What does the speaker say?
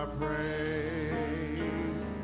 praise